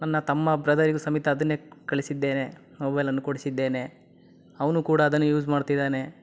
ನನ್ನ ತಮ್ಮ ಬ್ರದರಿಗೂ ಸಮೇತ ಅದನ್ನೇ ಕಳಿಸಿದ್ದೇನೆ ಮೊಬೈಲನ್ನು ಕೊಡಿಸಿದ್ದೇನೆ ಅವನೂ ಕೂಡ ಅದನ್ನೇ ಯೂಸ್ ಮಾಡ್ತಿದ್ದಾನೆ